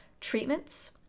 treatments